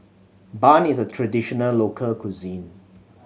bun is a traditional local cuisine